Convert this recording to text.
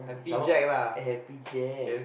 some more happy Jack